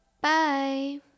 bye